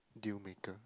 deal maker